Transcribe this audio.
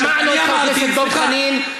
שמענו את חבר הכנסת דב חנין.